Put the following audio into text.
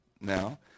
now